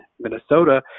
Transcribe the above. Minnesota